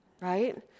right